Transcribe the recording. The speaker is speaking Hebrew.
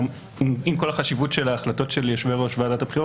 עם כל החשיבות של החלטות יושב-ראש ועדת הבחירות